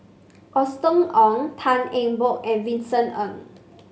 Austen Ong Tan Eng Bock and Vincent Ng